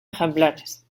ejemplares